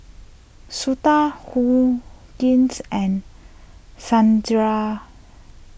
Suda and Sundaraiah